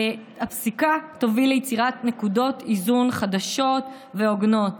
הפסיקה תוביל ליצירת נקודות איזון חדשות והוגנות.